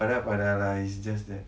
padahal padahal lah it's just that